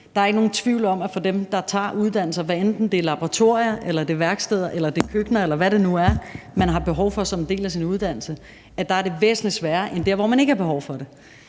Der er ikke nogen tvivl om, at for dem, der tager uddannelser, hvad enten det er på laboratorier eller værksteder eller i køkkener, eller hvor det nu er, man har behov for at være som en del af sin uddannelse, er det væsentligt sværere end for dem, som ikke har behov for det.